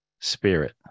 spirit